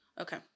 Okay